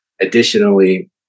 additionally